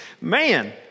Man